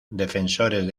defensores